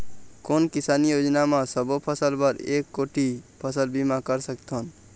कोन किसानी योजना म सबों फ़सल बर एक कोठी फ़सल बीमा कर सकथन?